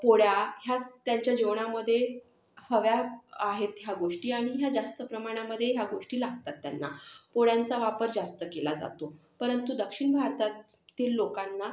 पोळ्या ह्या त्यांच्या जेवणामध्ये हव्या आहेत ह्या गोष्टी आणि ह्या जास्त प्रमाणामध्ये ह्या गोष्टी लागतात त्यांना पोळ्यांचा वापर जास्त केला जातो परंतु दक्षिण भारतातील लोकांना